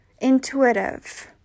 intuitive